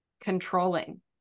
controlling